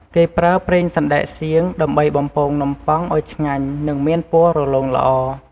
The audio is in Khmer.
គេប្រើ ប្រេងសណ្ដែកសៀង ដើម្បីបំពងនំប៉ោងឱ្យឆ្ងាញ់ និងមានពណ៌រលោងល្អ។